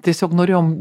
tiesiog norėjom